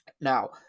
Now